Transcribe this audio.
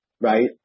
right